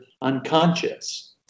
unconscious